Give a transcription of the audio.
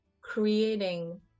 creating